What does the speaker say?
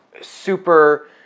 super